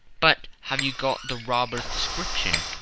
but have you got the robber's description?